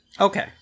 Okay